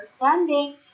understanding